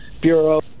bureau